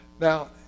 Now